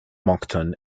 moncton